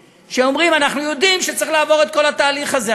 שאומרים: אנחנו יודעים שצריך לעבור את כל התהליך הזה,